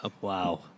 Wow